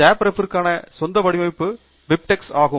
ஜாப்ரெப் க்கான சொந்த வடிவமைப்பு பிபிடெக்ஸ் ஆகும்